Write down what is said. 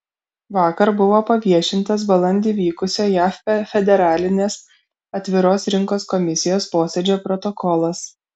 vakar buvo paviešintas balandį vykusio jav federalinės atviros rinkos komisijos posėdžio protokolas